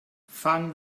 fang